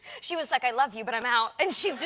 she was like, i love you, but i'm out. and she